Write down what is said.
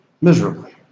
miserably